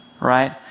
right